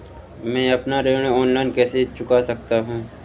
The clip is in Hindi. मैं अपना ऋण ऑनलाइन कैसे चुका सकता हूँ?